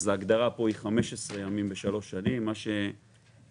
פה ההגדרה היא 15 ימים בשלוש שנים, מה שמכניס